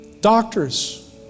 Doctors